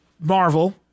Marvel